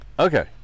Okay